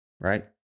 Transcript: right